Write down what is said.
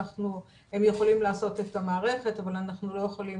הם יכולים לעשות את המערכת אבל אנחנו לא יכולים